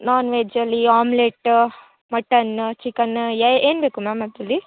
ನಾನ್ ವೆಜ್ಜಲ್ಲಿ omelette mutton chicken ಏನು ಬೇಕು ಮ್ಯಾಮ್ ಅದರಲ್ಲಿ